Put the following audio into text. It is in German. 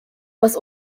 was